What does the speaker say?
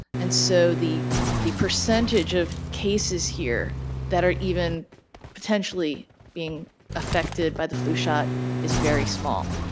and so the the percentage of cases here that are even potentially being affected by the flu shot is very small.